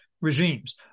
regimes